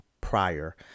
prior